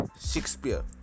Shakespeare